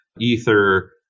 ether